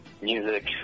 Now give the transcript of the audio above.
music